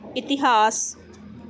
ਇਤਿਹਾਸ